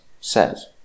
says